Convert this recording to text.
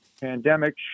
pandemic